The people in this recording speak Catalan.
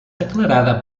declarada